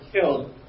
killed